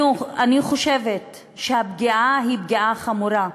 אני חושבת שהפגיעה היא פגיעה חמורה,